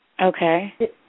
Okay